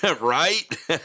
Right